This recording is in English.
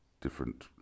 different